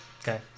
Okay